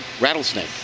rattlesnake